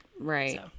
Right